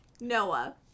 Noah